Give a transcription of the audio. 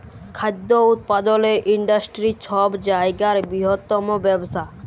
খাদ্য উৎপাদলের ইন্ডাস্টিরি ছব জায়গার বিরহত্তম ব্যবসা